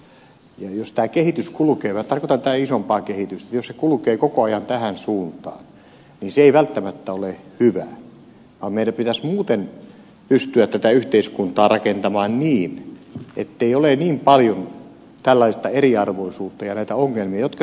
jos tämä kehitys kulkee tarkoitan tätä isompaa kehitystä jos se kulkee koko ajan tähän suuntaan niin se ei välttämättä ole hyvä vaan meidän pitäisi muuten pystyä tätä yhteiskuntaa rakentamaan niin ettei ole niin paljon tällaista eriarvoisuutta ja näitä ongelmia jotka synnyttävät sitä rikollisuutta